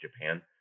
japan